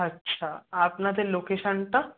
আচ্ছা আপনাদের লোকেশানটা